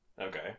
Okay